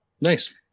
Nice